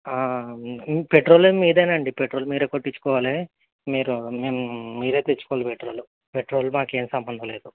petrol అన్నీ మీదే అండి పెట్రోల్ మీరే కొట్టించుకోవాలి మీరు మీరు తెచ్చుకోవాలి పెట్రోల్ పెట్రోల్ మాకేం సంబంధం లేదు